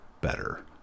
better